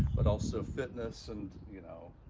but also fitness and you know